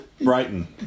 Brighton